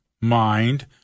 mind